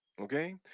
Okay